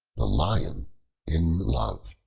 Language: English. the lion in love